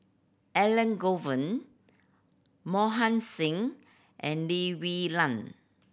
Elangovan Mohan Singh and Lee Wee Nam